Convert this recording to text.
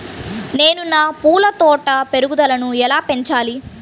నేను నా పూల తోట పెరుగుదలను ఎలా పెంచాలి?